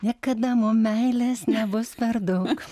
niekada mum meilės nebus per daug